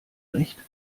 recht